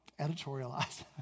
editorialize